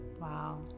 wow